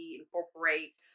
incorporate